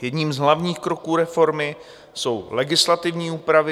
Jedním z hlavních kroků reformy jsou legislativní úpravy.